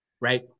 Right